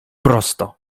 prosto